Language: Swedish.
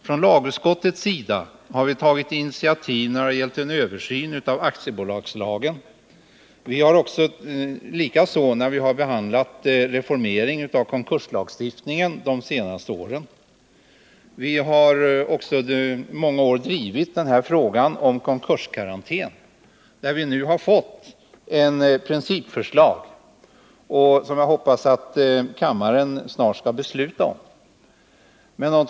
Från lagutskottet har vi under de senaste åren tagit initiativ i fråga om en översyn av aktiebolagslagen och en reformering av konkurslagstiftningen. Vi har också under många år drivit frågan om konkurskarantän, där vi nu har fått ett principförslag som jag hoppas att kammaren snart skall besluta om.